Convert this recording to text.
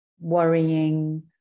worrying